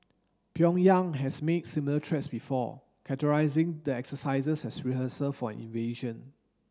Pyongyang has made similar threats before characterising the exercises as rehearsals for invasion